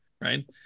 right